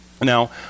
Now